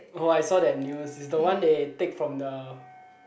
oh I saw that news it's the one they take from the